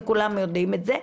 וכולם יודעים את זה,